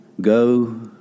Go